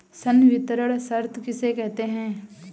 संवितरण शर्त किसे कहते हैं?